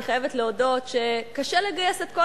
אני חייבת להודות שקשה לגייס את כל